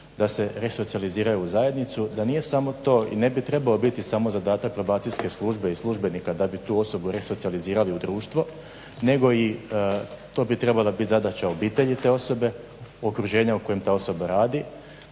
da se resocijaliziraju u zajednicu da nije samo to i ne bi trebao biti samo zadatak probacijske službe i službenika da bi tu osobu resocijalizirali u društvo, nego i to bi trebala biti zadaća obitelji te osobe, okruženja u kojoj ta osoba radi.